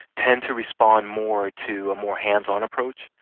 tend to respond more to a more hands-on approach,